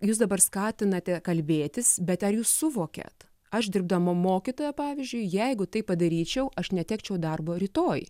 jūs dabar skatinate kalbėtis bet ar jūs suvokiat aš dirbdama mokytoja pavyzdžiui jeigu taip padaryčiau aš netekčiau darbo rytoj